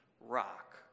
rock